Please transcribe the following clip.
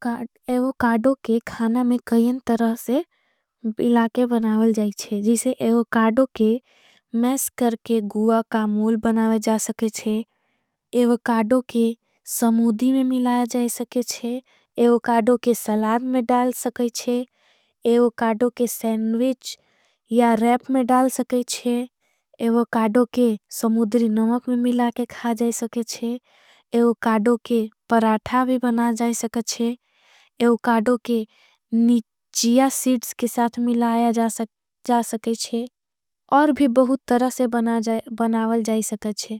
एवकाडो के खाना में कईन तरह से पिला के बनावल जाएच्छे। जीसे एवकाडो के मैस करके गुआ का मोल बनावल जा सकेच्छे। एवकाडो के समुधी में मिलाया जाए सकेच्छे एवकाडो के सलाद। में डाल सकेच्छे एवकाडो के सेंविच या रेप में डाल सकेच्छे एवकाडो। के समुधरी नमक में मिलाके खा जाए सकेच्छे एवकाडो के पराथा। भी बनाजाए सकेच्छे एवकाडो के नि पू तरसे बनावल जाए सकेच्छे।